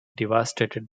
devastated